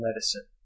medicine